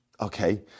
Okay